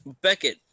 beckett